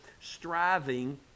striving